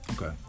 Okay